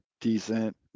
decent